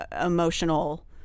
emotional